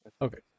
Okay